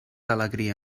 alegria